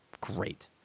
great